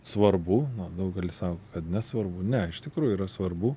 svarbu na daugelis sako kad nesvarbu ne iš tikrųjų yra svarbu